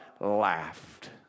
laughed